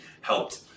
helped